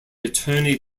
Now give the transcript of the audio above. attorney